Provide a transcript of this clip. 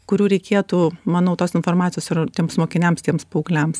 kurių reikėtų manau tos informacijos ir tiems mokiniams tiems paaugliams